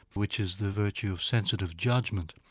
which is the virtue of sensitive judgment.